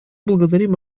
благодарим